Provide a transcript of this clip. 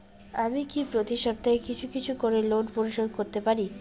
আমি কি প্রতি সপ্তাহে কিছু কিছু করে ঋন পরিশোধ করতে পারি?